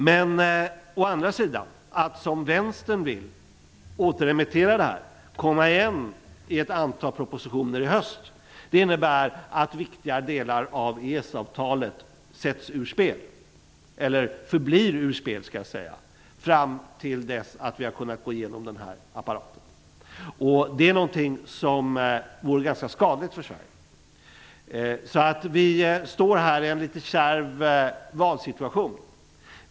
Men att å andra sidan, som Vänstern vill, återremittera det här och komma igen i ett antal propositioner i höst innebär att viktiga delar av EES-avtalet förblir ur spel fram till dess att vi har kunnat gå igenom den här apparaten. Det vore ganska skadligt för Sverige. Vi står här i en litet kärv valsituation.